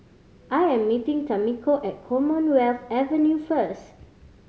I am meeting Tamiko at Commonwealth Avenue first